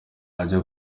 ajya